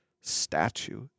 statue